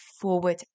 forward